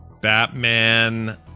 Batman